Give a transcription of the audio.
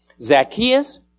Zacchaeus